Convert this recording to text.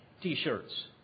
T-shirts